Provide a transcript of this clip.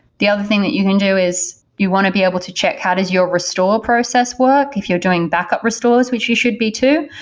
the other thing you can do is you want to be able to check how does your restore process work? if you're doing backup restores, which you should be too,